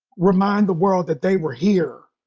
remind the world that they were here.